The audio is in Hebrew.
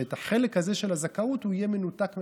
שהחלק הזה של הזכאות יהיה מנותק מהמשכנתה.